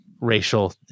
racial